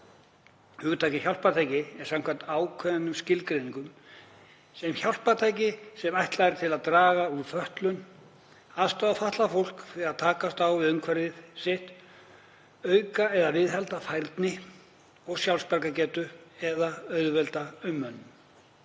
Hugtakið hjálpartæki er samkvæmt ákvæðinu skilgreint sem hjálpartæki sem ætluð eru til að draga úr fötlun, aðstoða fatlað fólk við að takast á við umhverfi sitt, auka eða viðhalda færni og sjálfsbjargargetu eða auðvelda umönnun.